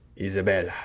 Isabella